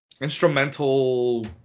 instrumental